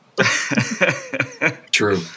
True